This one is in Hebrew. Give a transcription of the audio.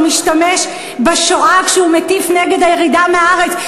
הוא משתמש בשואה כשהוא מטיף נגד הירידה מהארץ,